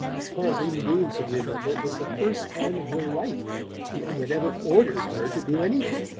as far as undine could remember, it was the first time in her life that he had ever ordered her to do anything